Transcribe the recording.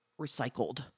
recycled